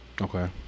okay